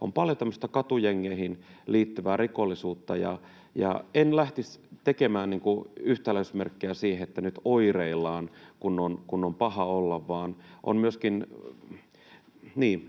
on paljon tämmöistä katujengeihin liittyvää rikollisuutta, ja en lähtisi tekemään yhtäläisyysmerkkejä siihen, että nyt oireillaan, kun on paha olla.